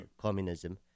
communism